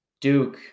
Duke